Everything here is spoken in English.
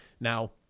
Now